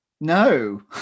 No